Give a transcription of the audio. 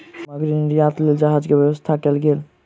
सामग्री निर्यातक लेल जहाज के व्यवस्था कयल गेल